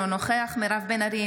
אינו נוכח מירב בן ארי,